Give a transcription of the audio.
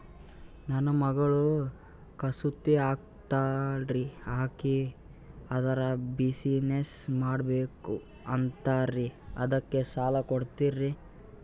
ನನ್ನ ಮಗಳು ಕಸೂತಿ ಹಾಕ್ತಾಲ್ರಿ, ಅಕಿ ಅದರ ಬಿಸಿನೆಸ್ ಮಾಡಬಕು ಅಂತರಿ ಅದಕ್ಕ ಸಾಲ ಕೊಡ್ತೀರ್ರಿ?